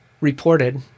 reported